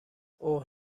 اوه